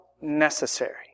necessary